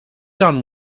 done